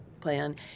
plan